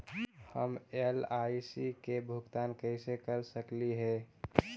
हम एल.आई.सी के भुगतान कैसे कर सकली हे?